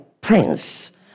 prince